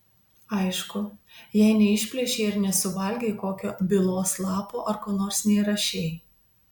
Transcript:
aišku jei neišplėšei ir nesuvalgei kokio bylos lapo ar ko nors neįrašei